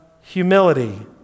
humility